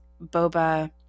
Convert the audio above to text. boba